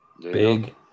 Big